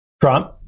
Trump